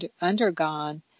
undergone